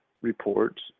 reports